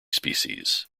species